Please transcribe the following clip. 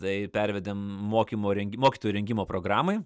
tai pervedėm mokymo reng mokytojų rengimo programai